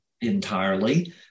entirely